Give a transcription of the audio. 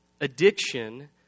Addiction